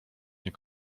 nie